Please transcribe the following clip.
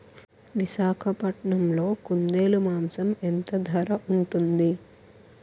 విశాఖపట్నంలో కుందేలు మాంసం ఎంత ధర ఉంటుంది?